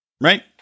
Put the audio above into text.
Right